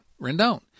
Rendon